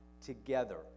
together